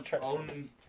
own